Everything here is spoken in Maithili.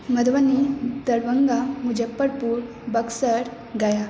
मधुबनी दरभंगा मुजफ्फरपुर बक्सर गया